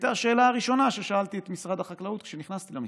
שהייתה השאלה הראשונה ששאלתי את משרד החקלאות כשנכנסתי למשרד: